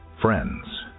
Friends